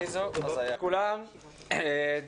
(הישיבה נפסקה בשעה 18:45 ונתחדשה בשעה 19:33.) אני מחדש את הישיבה.